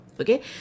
Okay